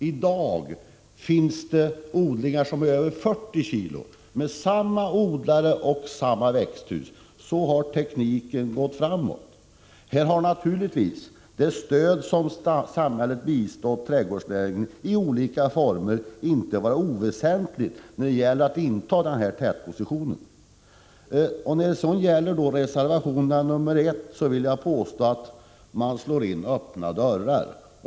I dag finns det odlingar som ger över 40 kilo, med samma odlare och samma växthus. Så har tekniken gått framåt. Det stöd i olika former som samhället bistått trädgårdsnäringen med har inte varit oväsentligt när det gäller dess möjligheter att inta denna tätposition. När det sedan gäller reservation nr 1 vill jag påstå att man där slår in öppna dörrar.